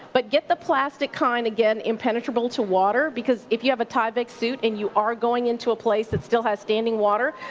but get the plastic kind, again, impenetrable to water, because if you have a but suit and you are going into a place that still has standing water,